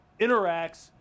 interacts